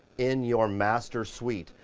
in your master suite,